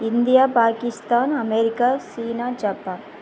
India Pakistan America China Japan